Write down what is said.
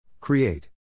Create